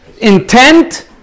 intent